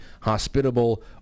hospitable